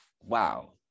wow